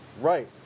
Right